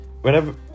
whenever